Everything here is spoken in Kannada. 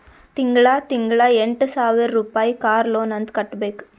ತಿಂಗಳಾ ತಿಂಗಳಾ ಎಂಟ ಸಾವಿರ್ ರುಪಾಯಿ ಕಾರ್ ಲೋನ್ ಅಂತ್ ಕಟ್ಬೇಕ್